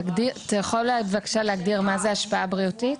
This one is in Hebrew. אתה יכול בבקשה להגדיר מה זה השפעה בריאותית?